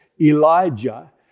Elijah